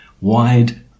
wide